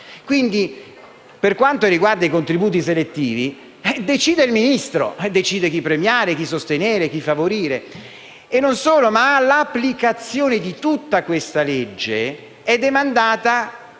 Quindi, per quanto riguarda i contributi selettivi decide il Ministro: decide chi premiare, chi sostenere, chi favorire. E non solo: l'applicazione di tutta questa normativa è demandata